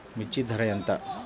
మిర్చి ధర ఎంత?